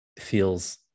feels